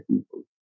people